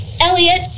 Elliot